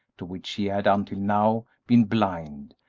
to which he had, until now, been blind,